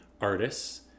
artists